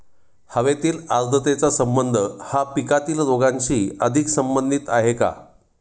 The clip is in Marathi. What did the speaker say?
हवेतील आर्द्रतेचा संबंध हा पिकातील रोगांशी अधिक संबंधित आहे का?